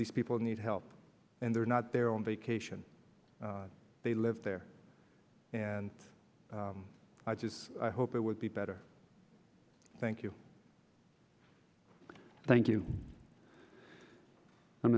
these people need help and they're not there on vacation they live there and i just i hope it would be better thank you thank you